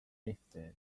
myths